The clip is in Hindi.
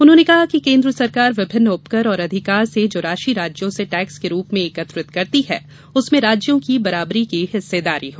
उन्होंने कहा कि केन्द्र सरकार विभिन्न उपकर और अधिकार से जो राशि राज्यों से टैक्स के रूप में एकत्रित करती है उसमें राज्यों की बराबरी की हिस्सेदारी हो